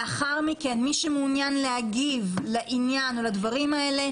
לאחר מכן, מי שמעוניין להגיב לדברים האלה